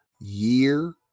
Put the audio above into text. year